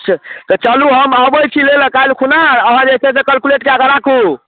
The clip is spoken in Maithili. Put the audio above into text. से तऽ चलू अहाँ हम अबैत छी लय कल्हि खुना अहाँ जे छै से कलकुलेट कै कऽ राखू